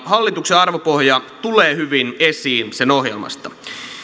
hallituksen arvopohja tulee hyvin esiin sen ohjelmasta